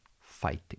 fighting